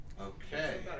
Okay